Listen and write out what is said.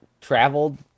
traveled